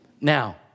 Now